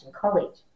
college